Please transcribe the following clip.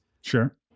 Sure